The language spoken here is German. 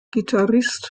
gitarrist